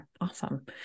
Awesome